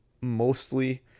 mostly